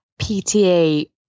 PTA